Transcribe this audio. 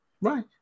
Right